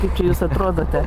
kaip čia jūs atrodote